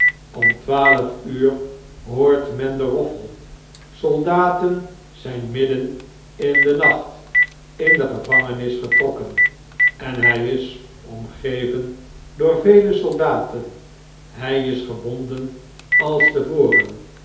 om twaalfuur hoort men den roffel soldaten zijn midden in den nacht in de gevangenis getr'okken en hij is omgeven door vele soldaten hjj is gebonden als